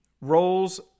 roles